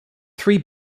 three